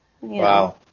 wow